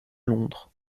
londres